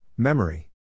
Memory